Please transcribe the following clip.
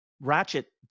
ratchet